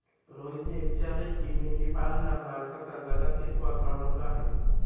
रोहितने विचारले की, मेंढीपालनात भारताचा जगात कितवा क्रमांक आहे?